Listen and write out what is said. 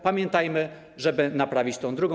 Pamiętajmy, żeby naprawić tę drugą.